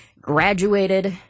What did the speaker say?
graduated